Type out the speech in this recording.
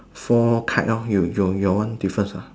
four kite orh your your your one difference ah